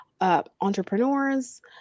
entrepreneurs